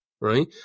right